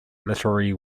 literary